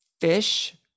Fish